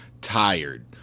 tired